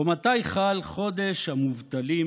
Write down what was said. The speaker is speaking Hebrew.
או מתי חל חודש המובטלים,